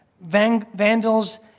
Vandals